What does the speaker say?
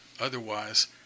Otherwise